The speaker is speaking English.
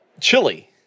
Chili